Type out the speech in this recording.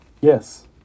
Yes